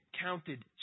counted